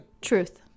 truth